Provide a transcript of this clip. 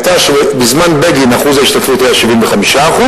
שבזמן בגין אחוז ההשתתפות היה 75%,